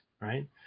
Right